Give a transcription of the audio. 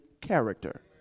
character